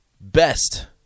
best